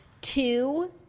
two